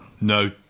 No